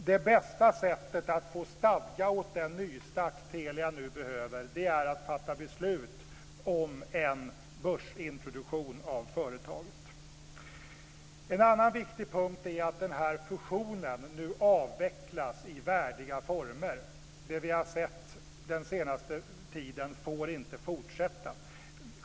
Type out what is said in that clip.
Det bästa sättet att få stadga åt den nystart Telia nu behöver är att fatta beslut om en börsintroduktion av företaget. En annan viktig punkt är att den här fusionen nu avvecklas i värdiga former. Det vi har sett den senaste tiden får inte fortsätta.